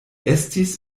estis